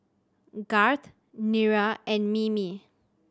Garth Nira and Mimi